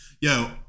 Yo